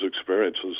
experiences